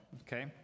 okay